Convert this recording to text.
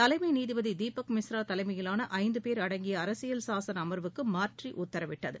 தலைமை நீதிபதி தீபக் மிஸ்ரா தலைமையிலான ஐந்து பேர் அடங்கிய அரசியல் சாசன அமர்வுக்கு மாற்றி உத்தரவிட்டது